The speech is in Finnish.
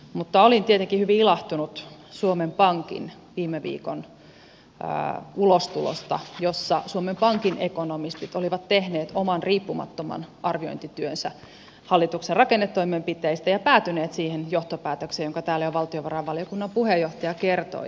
mutta olin tietenkin hyvin ilahtunut suomen pankin viime viikon ulostulosta jossa suomen pankin ekonomistit olivat tehneet oman riippumattoman arviointityönsä hallituksen rakennetoimenpiteistä ja päätyneet siihen johtopäätökseen jonka täällä jo valtiovarainvaliokunnan puheenjohtaja kertoi